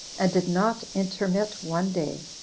and did not intermit one day.